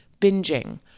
binging